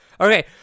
Okay